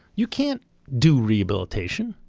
you can't do rehabilitation,